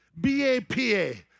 B-A-P-A